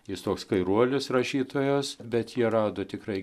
jis toks kairuolis rašytojas bet jie rado tikrai